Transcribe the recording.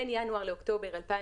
בין ינואר לאוקטובר 2020,